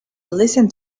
listen